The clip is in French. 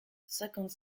cinquante